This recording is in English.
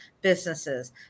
businesses